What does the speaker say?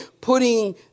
putting